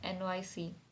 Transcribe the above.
NYC